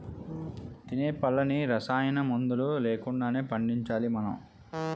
తినే పళ్ళన్నీ రసాయనమందులు లేకుండానే పండించాలి మనం